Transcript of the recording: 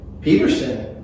Peterson